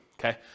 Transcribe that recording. Okay